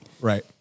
Right